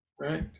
right